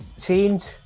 change